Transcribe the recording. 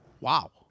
wow